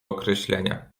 określenia